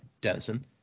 Denison